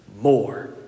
more